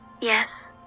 yes